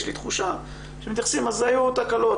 יש לי תחושה שמתייחסים אז היו תקלות,